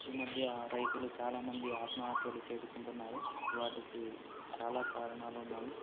ఈ మధ్య రైతులు చాలా మంది ఆత్మహత్యలు చేసుకుంటున్నారు వాటికి చాలా కారణాలు ఉన్నాయి